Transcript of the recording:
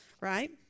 right